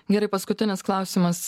gerai paskutinis klausimas